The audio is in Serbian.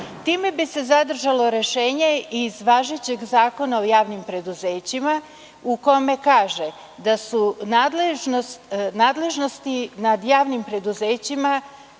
Time bi se zadržalo rešenje iz važećeg Zakona o javnim preduzećima, u kome se kaže da su nadležnosti nad javnim preduzećima